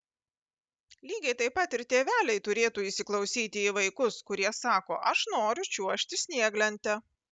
lygiai taip pat ir tėveliai turėtų įsiklausyti į vaikus kurie sako aš noriu čiuožti snieglente